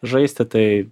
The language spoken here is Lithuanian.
žaisti tai